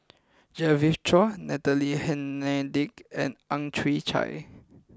Genevieve Chua Natalie Hennedige and Ang Chwee Chai